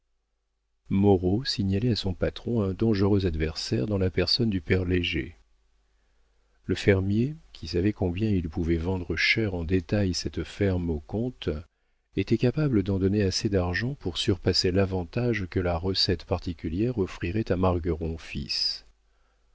moreau signalait à son patron un dangereux adversaire dans la personne du père léger le fermier qui savait combien il pouvait vendre cher en détail cette ferme au comte était capable d'en donner assez d'argent pour surpasser l'avantage que la recette particulière offrirait à margueron fils